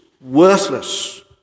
worthless